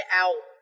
out